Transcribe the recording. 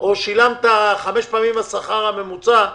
או שלמת חמש פעמים השכר הממוצע,